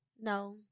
No